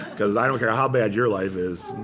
because i don't care how bad your life is.